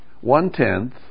one-tenth